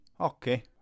Okay